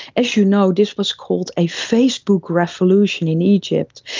as you know, this was called a facebook revolution in egypt,